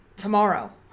tomorrow